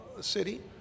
city